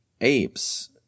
apes